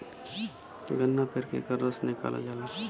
गन्ना पेर के एकर रस निकालल जाला